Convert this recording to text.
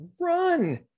run